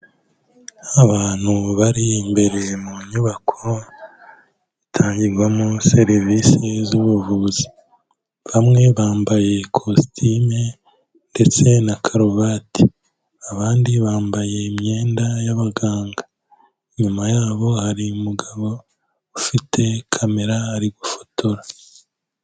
Abantu bari imbere mu nyubako itangirwamo serivisi z'ubuvuzi. Bamwe bambaye kositime ndetse na karuvati. Abandi bambaye imyenda y'abaganga. Inyuma yabo hari umugabo ufite kamera ari gufotora.